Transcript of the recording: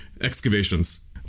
excavations